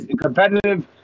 Competitive